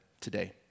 today